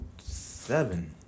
seven